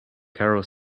carol